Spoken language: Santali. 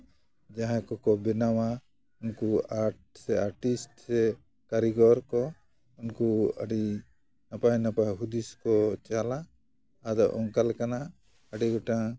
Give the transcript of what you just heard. ᱡᱟᱦᱟᱸᱭ ᱠᱚᱠᱚ ᱵᱮᱱᱟᱣᱟ ᱩᱱᱠᱩ ᱟᱨᱴ ᱥᱮ ᱟᱴᱤᱥᱴ ᱥᱮ ᱠᱟᱹᱨᱤᱜᱚᱨ ᱠᱚ ᱩᱱᱠᱩ ᱟᱹᱰᱤ ᱱᱟᱯᱟᱭ ᱱᱟᱯᱟᱭ ᱦᱩᱫᱤᱥ ᱠᱚ ᱪᱟᱞᱟ ᱟᱫᱚ ᱚᱝᱠᱟ ᱞᱮᱠᱟᱱᱟᱜ ᱟᱹᱰᱤ ᱜᱚᱴᱟᱝ